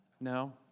No